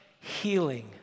healing